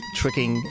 tricking